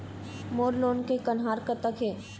मोर loan के कन्हार कतक हे?